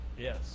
Yes